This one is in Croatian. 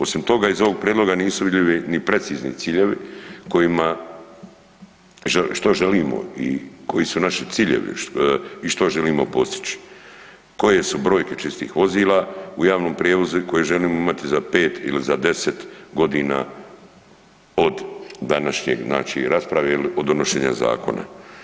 Osim toga iz ovog prijedloga nisu vidljivi ni precizni ciljevi kojima, što želimo i koji su naši ciljevi i što želimo postići, koje su brojke čistih vozila u javnom prijevoz koji želimo imati za 5 ili za 10 godina od današnjeg znači rasprave ili od donošenja zakona.